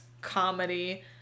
comedy